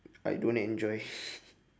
I don't enjoy